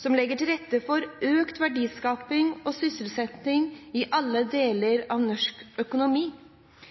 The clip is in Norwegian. som legger til rette for økt verdiskaping og sysselsetting i alle deler